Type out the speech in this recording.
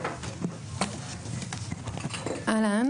שלום,